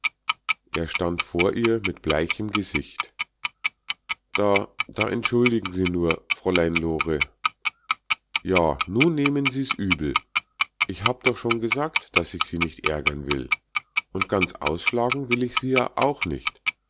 er stand vor ihr mit bleichem gesicht da da entschuldigen sie nur fräulein lore ja nu nehmen sie's übel ich hab doch schon gesagt daß ich sie nicht ärgern will und ganz ausschlagen will ich sie ja auch nicht